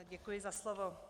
Děkuji za slovo.